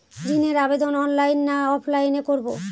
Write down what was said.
ঋণের আবেদন অনলাইন না অফলাইনে করব?